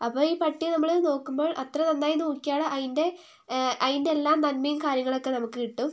അപ്പോൾ ഈ പട്ടിയെ നമ്മള് നോക്കുമ്പോൾ അത്ര നന്നായി നോക്കിയാൾ അതിൻ്റെ അതിൻ്റെ എല്ലാ നന്മയും കാര്യങ്ങളൊക്കെ നമുക്ക് കിട്ടും